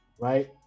Right